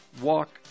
walk